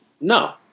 No